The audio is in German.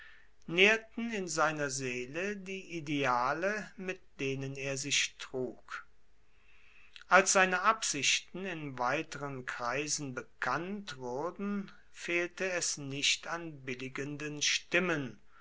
nährten in seiner seele die ideale mit denen er sich trug als seine absichten in weiteren kreisen bekannt wurden fehlte es nicht an billigenden stimmen